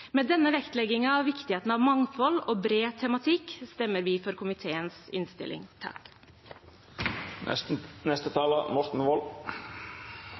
Med denne vektleggingen av viktigheten av mangfold og bred tematikk stemmer vi for komiteens innstilling.